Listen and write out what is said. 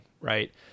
right